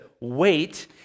wait